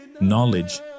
Knowledge